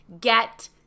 get